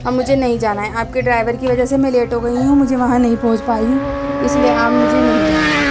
اب مجھے نہیں جانا ہے آپ کے ڈرائیور کی وجہ سے میں لیٹ ہو گئی ہوں مجھے وہاں نہیں پہنچ پائی ہوں اس لیے اب مجھے نہیں جانا ہے